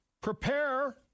Prepare